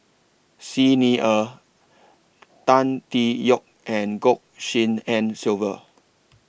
Xi Ni Er Tan Tee Yoke and Goh Tshin En Sylvia